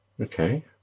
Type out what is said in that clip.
Okay